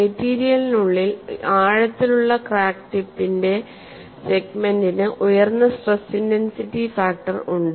മെറ്റീരിയലിനുള്ളിൽ ആഴത്തിലുള്ള ക്രാക്ക് ടിപ്പിന്റെ സെഗ്മെന്റിനു ഉയർന്ന സ്ട്രെസ് ഇന്റൻസിറ്റി ഫാക്ടർ ഉണ്ട്